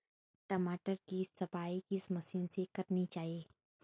टमाटर की सफाई किस मशीन से करनी चाहिए?